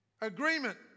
agreement